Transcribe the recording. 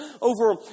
over